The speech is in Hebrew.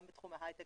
גם בתחום ההייטק